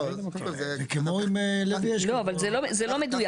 לא, אבל זה לא מדויק.